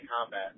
combat